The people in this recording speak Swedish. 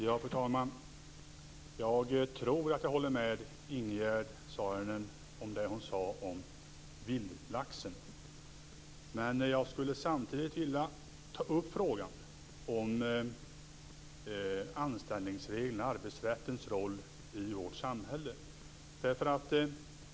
Fru talman! Jag tror att jag håller med Ingegerd Saarinen om det som hon sade om vildlaxen. Men samtidigt vill jag ta upp frågan om anställningsregler och arbetsrättens roll i vårt samhälle.